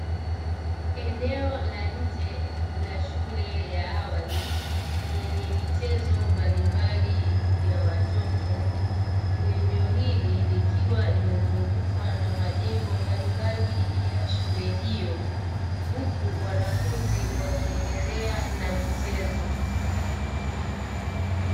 Eneo la nje la shule ya awali yenye michezo mbalimbali ya watoto, eneo hili likiwa limezungukwa na majengo mbalimbali ya shule hiyo, huku wanafunzi wakiendelea na michezo.